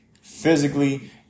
physically